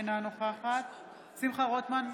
אינה נוכחת שמחה רוטמן,